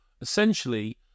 essentially